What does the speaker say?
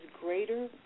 greater